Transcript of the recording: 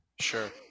Sure